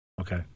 Okay